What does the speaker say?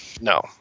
no